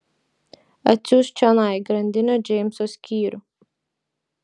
atsiųsk čionai grandinio džeimso skyrių